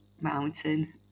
Mountain